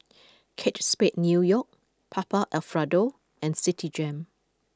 Kate Spade New York Papa Alfredo and Citigem